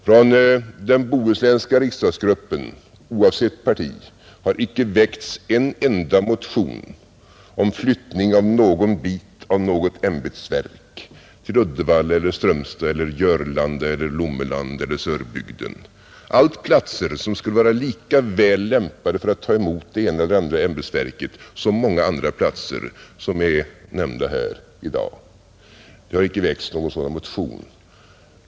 Från den bohuslänska riksdagsgruppen oavsett parti har icke väckts en enda motion om flyttning av någon bit av något ämbetsverk till Uddevalla eller Strömstad eller Jörlanda eller Lommeland eller Sörbygden, allt platser som skulle vara lika väl lämpade för att ta emot det ena eller andra ämbetsverket som många andra platser som är nämnda här i dag.